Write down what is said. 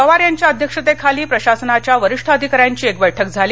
पवार यांच्या अध्यक्षतेखाली प्रशासनाच्या वरिष्ठ अधिकाऱ्यांची एक बैठक झाली